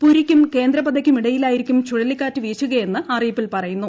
പുരിയ്ക്കും കേന്ദ്രപദയ്ക്കുമിടയിലായിരിക്കും ചുഴലിക്കാറ്റ് വീശുകയെന്ന് അറിയിപ്പിൽ പറയുന്നു